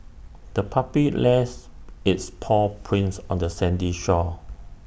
the puppy lets its paw prints on the sandy shore